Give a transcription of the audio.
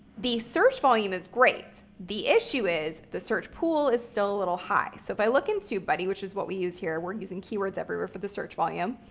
the search volume is great. the issue is the search pool is still a little high. so if i look in tubebuddy, which is what we use here, we're using keywords everywhere for the search volume,